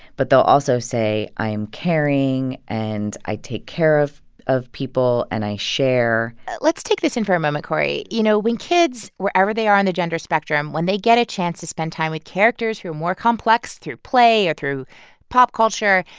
but they'll also say, i am caring, and i take care of of people, and i share let's take this in for a moment, cory. you know, when kids, wherever they are on the gender spectrum, when they get a chance to spend time with characters who are more complex, through play or through pop culture,